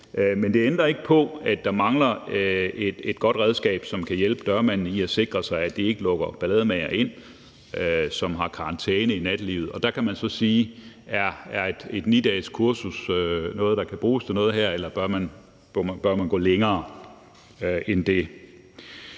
Men det ændrer ikke på, at der mangler et godt redskab, som kan hjælpe dørmændene med at sikre sig, at de ikke lukker ballademagere ind, som har karantæne i nattelivet, og der kan man så spørge, om et kursus på 9 dage er noget, der kan bruges til noget, eller om man bør gå længere end det.